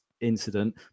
incident